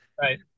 right